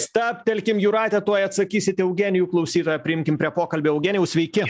stabtelkim jūrate tuoj atsakysit į eugenijų klausytoją priimkim prie pokalbio eugenijau sveiki